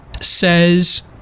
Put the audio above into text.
says